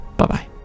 Bye-bye